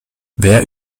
wer